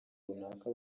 runaka